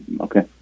Okay